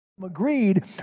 agreed